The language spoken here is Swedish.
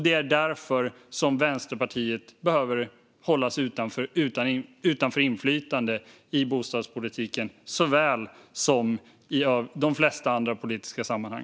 Det är därför Vänsterpartiet behöver hållas utanför och inte ha inflytande i bostadspolitiken, liksom i de flesta andra politiska sammanhang.